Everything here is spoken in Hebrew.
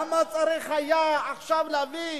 למה צריך היה עכשיו להביא